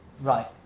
Right